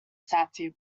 satire